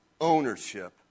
ownership